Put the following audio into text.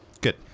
good